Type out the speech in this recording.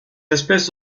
espèces